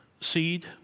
seed